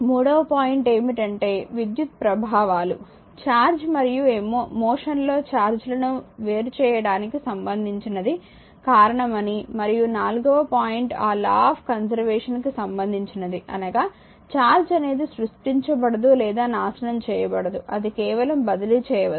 మూడవ పాయింట్ ఏమిటంటే విద్యుత్ ప్రభావాలు చార్జ్ మరియు మోషన్లో ఛార్జ్ లను వేరుచేయడానికి సంబందించినది కారణమని మరియు నాల్గవ పాయింట్ లా ఆఫ్ కంజర్వేషన్ కి సంబందించినది అనగా ఛార్జ్ అనేది సృష్టించబడదు లేదా నాశనం చేయబడదుఅది కేవలం బదిలీ చేయవచ్చు